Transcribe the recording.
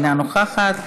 אינה נוכחת,